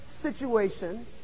situation